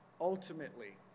Ultimately